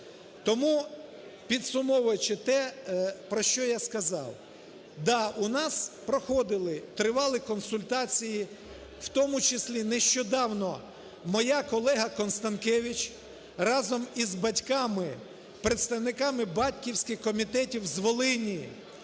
Тому, підсумовуючи те, про що я сказав, так, у нас проходили тривалі консультації в тому числі. Нещодавно моя колега Констанкевич разом із батьками представниками батьківських комітетів з Волині,